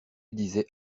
disait